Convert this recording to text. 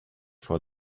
for